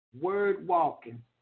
word-walking